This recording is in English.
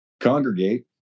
congregate